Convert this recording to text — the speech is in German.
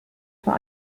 vor